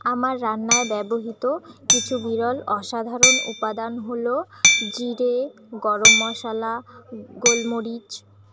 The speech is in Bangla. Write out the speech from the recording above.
আমার রান্নায় ব্যবহৃত কিছু বিরল অসাধারণ উপাদান হল জিরে গরম মশলা গোলমরিচ